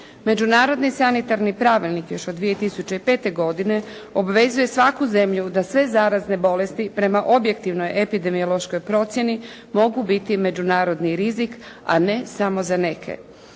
Međunarodni sanitarni pravilnik još od 2005. godine obvezuje svaku zemlju da sve zarazne bolesti prema objektivnoj epidemiološkoj procjeni mogu biti međunarodni rizik a ne samo za neke.